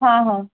हां हां